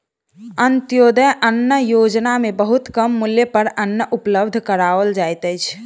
अन्त्योदय अन्न योजना में बहुत कम मूल्य पर अन्न उपलब्ध कराओल जाइत अछि